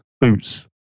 boots